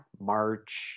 March